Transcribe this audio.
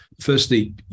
Firstly